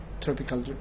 Tropical